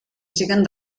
siguen